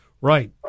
Right